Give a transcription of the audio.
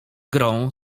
grą